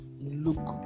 look